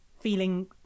feeling